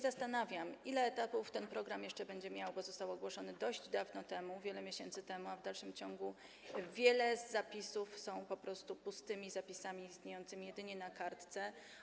Zastanawiam się, ile etapów ten program jeszcze będzie miał, bo został ogłoszony dość dawno temu, wiele miesięcy temu, a w dalszym ciągu wiele z zapisów jest po prostu pustymi zapisami istniejącymi jedynie na kartce.